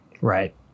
Right